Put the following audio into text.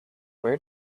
where